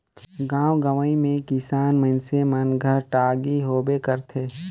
गाँव गंवई मे किसान मइनसे मन घर टागी होबे करथे